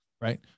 Right